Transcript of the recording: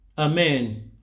Amen